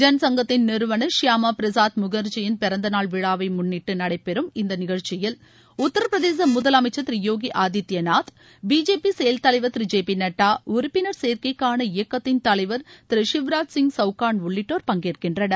ஜனசங்கத்தின் நிறுவனர் ஷியாமாபிரசாத் முகர்ஜியின் பிறந்தநாள் விழாவைமுன்னிட்டுநடைபெறும் இந்தநிகழ்ச்சியில் உத்தரப்பிரதேசமுதலமைச்சர் திருயோகிஆதித்யநாத் பிஜேபி செயல் தலைவர் திரு ஜே பிநட்டா உறுப்பினர் சேர்க்கைக்கான இயக்கத்தின் தலைவர் திரு ஷிவ்ராஜ் சிங் சவ்கான் உள்ளிட்டோர் பங்கேற்கின்றனர்